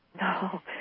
No